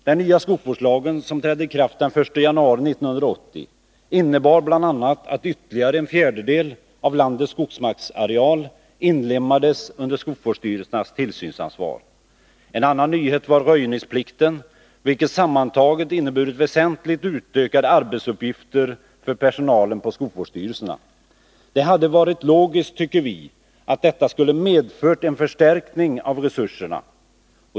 Den nya skogsvårdslagen, som trädde i kraft den 1 januari 1980, innebar bl.a. att ytterligare en fjärdedel av landets skogsmarksareal inlemmades under skogsvårdsstyrelsernas tillsynsansvar. En annan nyhet var röjningsplikten. Sammantaget har det inneburit väsentligt utökade arbetsuppgifter för personalen på skogsvårdsstyrelserna. Det hade varit logiskt, tycker vi, att detta skulle ha medfört en förstärkning av resurserna.